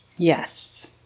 Yes